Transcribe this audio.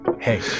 hey